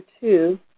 two